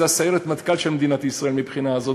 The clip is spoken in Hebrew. זו סיירת מטכ"ל של מדינת ישראל מבחינה זאת,